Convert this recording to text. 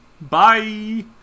Bye